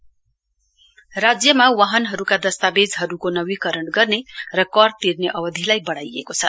motor vehicle राज्यमा वाहनहरूका दस्तावेजहरूको नवीकरण गर्ने र कर तिर्ने अवधिलाई बढाइएको च